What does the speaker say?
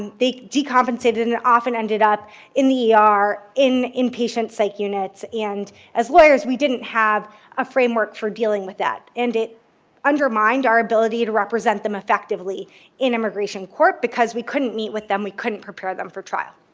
and they decompensated and often ended up in the er, in in patient psych units. and as lawyers, we didn't have a framework for dealing with that and it undermined our ability to represent them effectively in immigration court because we couldn't meet with them we couldn't prepare them for trial.